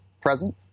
present